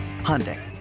Hyundai